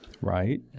Right